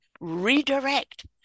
redirect